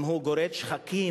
אם הוא גורד שחקים,